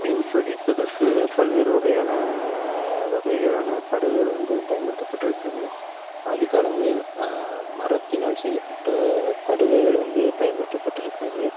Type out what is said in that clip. மீன் பிடிப்பதற்கு பல்வேறு வகையான வகைகளான படகுகள் வந்து பயன்படுத்தப்பட்டு இருக்கிறது ஆதிகாலங்களில் மரத்தினால் செய்யப்பட்ட படகுகள் வந்து பயன்படுத்தப்பட்டு இருக்கிறது